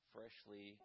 Freshly